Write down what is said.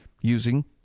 using